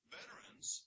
veterans